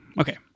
okay